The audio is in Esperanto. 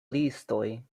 listoj